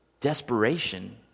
desperation